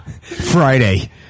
Friday